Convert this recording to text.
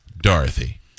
Dorothy